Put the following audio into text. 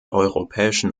europäischen